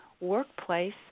workplace